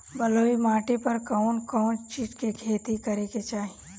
बलुई माटी पर कउन कउन चिज के खेती करे के चाही?